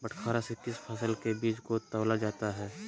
बटखरा से किस फसल के बीज को तौला जाता है?